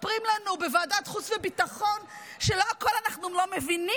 מספרים לנו בוועדת חוץ וביטחון שלא את הכול אנחנו מבינים,